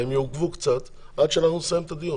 הן יעוכבו קצת עד שאנחנו נסיים את הדיון